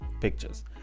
pictures